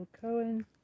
Cohen